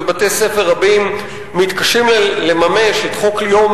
ובתי-ספר רבים מתקשים לממש את חוק יום